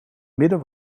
midden